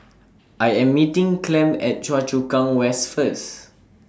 I Am meeting Clem At Choa Chu Kang West First